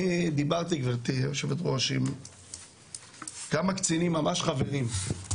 אני דיברתי גברתי יושבת הראש עם כמה קצינים ממש חברים.